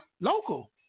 Local